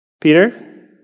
Peter